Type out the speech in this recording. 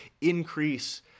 increase